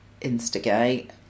instigate